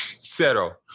Zero